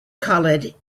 khalid